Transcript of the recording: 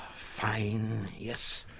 fine, yes,